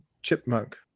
chipmunk